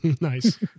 Nice